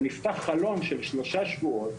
ונפתח חלון של שלושה שבועות,